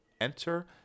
enter